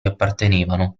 appartenevano